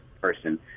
person